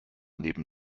neben